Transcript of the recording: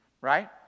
right